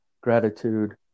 gratitude